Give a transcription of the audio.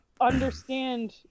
understand